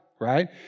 right